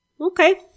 Okay